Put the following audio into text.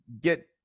get